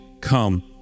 Come